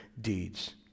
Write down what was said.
deeds